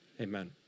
Amen